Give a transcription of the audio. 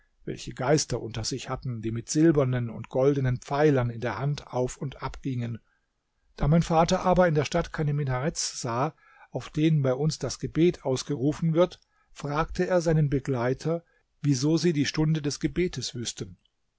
welche geister unter sich hatten die mit silbernen und goldenen pfeilern in der hand auf und ab gingen da mein vater aber in der stadt keine minaretts sah auf denen bei uns das gebet ausgerufen wird fragte er seinen begleiter wieso sie die stunde des gebetes wüßten